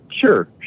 Sure